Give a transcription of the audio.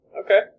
Okay